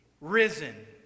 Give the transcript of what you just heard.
risen